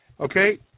okay